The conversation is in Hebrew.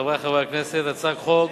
חברי חברי הכנסת, הצעת חוק